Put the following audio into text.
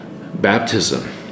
baptism